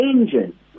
ENGINE